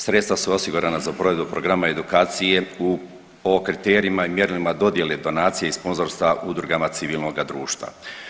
Sredstva su osigurana za provedbu programa edukacije u, o kriterijima i mjerilima dodjele donacije i sponzorstva udrugama civilnoga društva.